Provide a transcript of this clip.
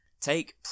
take